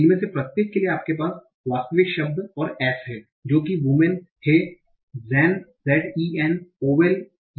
इनमें से प्रत्येक के लिए आपके पास वास्तविक शब्द और s हैं जो कि वुमेन है zen z e n और ओवल यह sov है